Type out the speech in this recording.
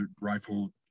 rifle